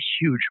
huge